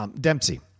Dempsey